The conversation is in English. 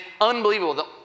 unbelievable